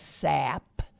sap